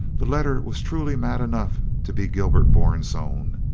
the letter was truly mad enough to be gilbert bourne's own.